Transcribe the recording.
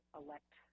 elect